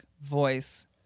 voice